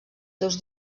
seus